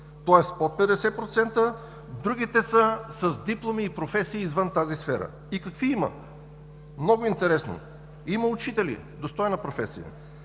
тоест под 50%, другите са с дипломи и професии извън тази сфера. И какви има? Много интересно! Има учители – достойна професия;